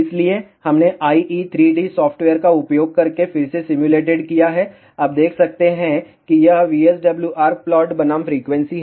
इसलिए हमने IE3D software का उपयोग करके फिर से सिम्युलेटेड किया है आप देख सकते हैं कि यह VSWR प्लॉट बनाम फ़्रीक्वेंसी है